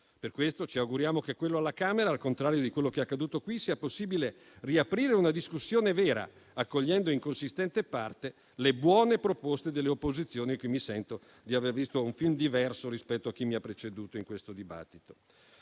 Per questo ci auguriamo che alla Camera, al contrario di quello che è accaduto qui, sia possibile riaprire una discussione vera, accogliendo in consistente parte le buone proposte delle opposizioni, perché mi sento di aver visto un film diverso rispetto a chi mi ha preceduto in questo dibattito.